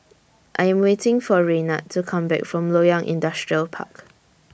I Am waiting For Raynard to Come Back from Loyang Industrial Park